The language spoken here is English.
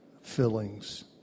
fillings